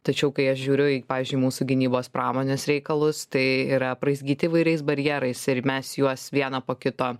tačiau kai aš žiūriu į pavyzdžiui mūsų gynybos pramonės reikalus tai yra apraizgyti įvairiais barjerais ir mes juos vieną po kito